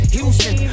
Houston